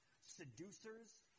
seducers